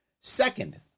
Second